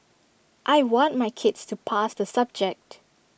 I want my kids to pass the subject